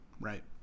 right